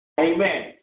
Amen